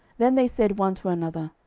then they said one to another,